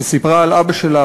שסיפרה על אבא שלה,